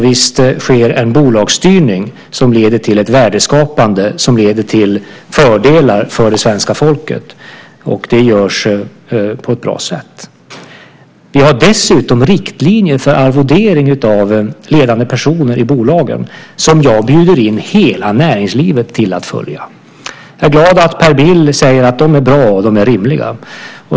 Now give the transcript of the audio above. Visst, det sker en bolagsstyrning som leder till ett värdeskapande som i sin tur leder till fördelar för det svenska folket. Det görs på ett bra sätt. Dessutom har vi riktlinjer för arvodering av ledande personer i bolagen, och jag bjuder in hela näringslivet till att följa dem. Jag är glad att Per Bill säger att de är bra och rimliga.